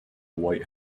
white